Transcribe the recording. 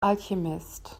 alchemist